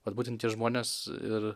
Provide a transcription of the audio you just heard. vat būtent tie žmonės ir